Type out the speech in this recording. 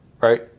right